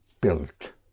built